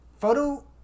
photo